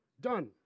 done